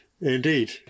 Indeed